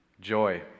Joy